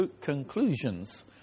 conclusions